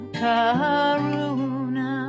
karuna